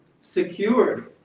secured